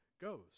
goes